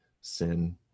sin